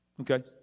Okay